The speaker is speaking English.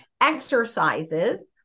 exercises